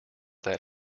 that